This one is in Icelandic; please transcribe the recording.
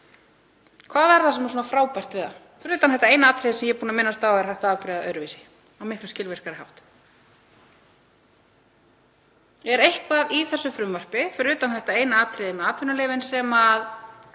Hvað er það sem er svona frábært við það, fyrir utan þetta eina atriði sem ég er búin að minnast á að hægt er að afgreiða öðruvísi og á miklu skilvirkari hátt? Er eitthvað í þessu frumvarpi, fyrir utan þetta eina atriði með atvinnuleyfin, sem